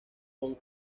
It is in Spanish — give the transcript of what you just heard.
con